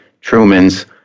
Truman's